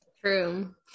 True